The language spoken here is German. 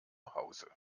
hause